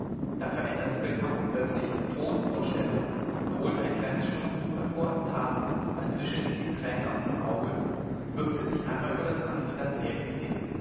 da veränderte belcampo plötzlich ton und stellung er holte ein kleines schnupftuch hervor tat als wische er sich die tränen aus den augen bückte sich einmal über das andere ganz